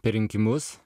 per rinkimus